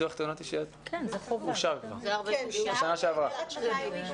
ביטוח תאונות אישיות אושר כבר בשנה שעברה?